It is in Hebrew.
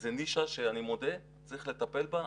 זו נישה שאני מודה שצריך לטפל בה,